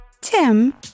Tim